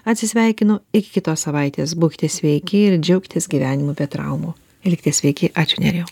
atsisveikinu iki kitos savaitės būkite sveiki ir džiaukitės gyvenimu be traumų likite sveiki ačiū nerijau